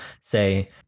say